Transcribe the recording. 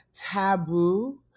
taboo